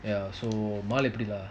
ya so mall எப்பிடி:epidi lah